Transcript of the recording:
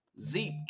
Zeke